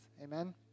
Amen